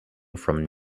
from